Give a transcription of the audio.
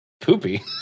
Poopy